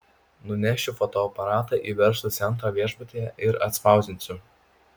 nunešiu fotoaparatą į verslo centrą viešbutyje ir atspausdinsiu